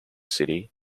city